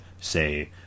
say